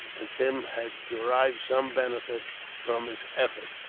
and tim, had derived some benefit from his effort.